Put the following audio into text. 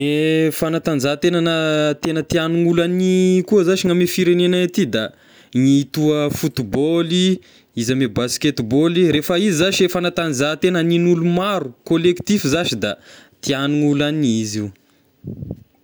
Gne fanatanjahategna tegna tian'ny olo hania koa zashy ny ame firegnenay aty da ny toa footy baôly, izy ame baskety baôly, rehefa izy zashy e fanatanzahantegna hagnin'ny olo maro collectif zashy da tiagn'ny olo hania izy io.